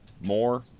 more